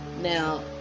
now